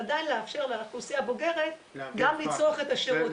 אבל עדיין לאפשר לאוכלוסייה הבוגרת גם לצרוך את השירות.